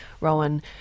Rowan